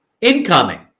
incoming